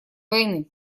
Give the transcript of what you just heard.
войны